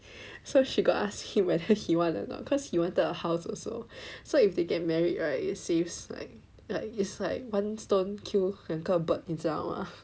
so she got ask him whether he want a not cause he wanted a house also so if they get married right it saves like like is like one stone kill 两个 bird 你知道吗